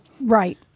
right